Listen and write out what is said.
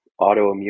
autoimmune